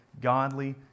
godly